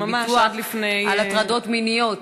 ביטוח על הטרדות מיניות.